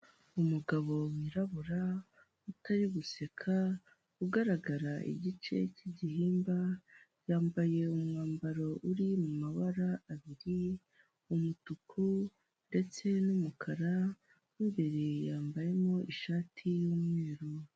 Kizimyamwoto, iyingiyi ishobora kugufasha mu gihe mu nyubako habaye inkongi y'umuriro, kubera yuko iba iri hafi, ushobora guhita uyifashisha, ugakumira iyo nkongi y'umuriro itaraba nini.